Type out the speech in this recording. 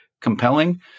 compelling